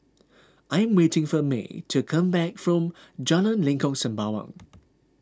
I'm waiting for Mae to come back from Jalan Lengkok Sembawang